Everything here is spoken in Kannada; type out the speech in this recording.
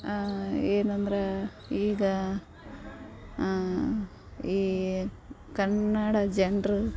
ಏನು ಅಂದ್ರೆ ಈಗ ಈ ಕನ್ನಡ ಜನ್ರು